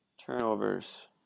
Turnovers